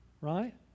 right